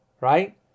right